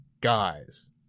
guys